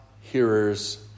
hearers